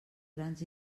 grans